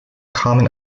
common